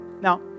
Now